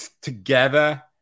together